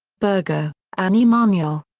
berger, anne-emanuelle.